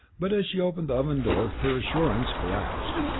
but as she opened the oven door her assurance collapsed.